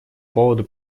поводу